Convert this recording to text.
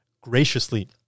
graciously